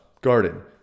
garden